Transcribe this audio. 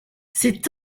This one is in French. c’est